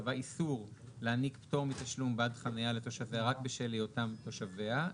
ייקבע איסור להעניק פטור מתשלום בעד חנייה לתושביה רק בשל היותם תושביה,